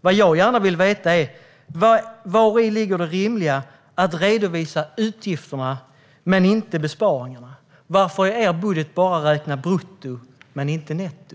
Vad jag gärna vill veta är: Var ligger det rimliga i att redovisa utgifterna men inte besparingarna? Varför räknar ni i er budget bara brutto men inte netto?